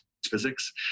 physics